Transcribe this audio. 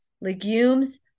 legumes